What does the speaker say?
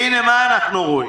והינה, מה אנחנו רואים,